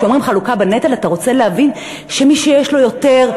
כשאומרים חלוקה בנטל אתה רוצה להבין שמי שיש לו יותר,